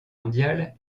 mondiale